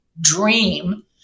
dream